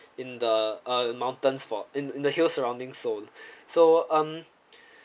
in the uh mountains for in the in the hills surrounding seoul so um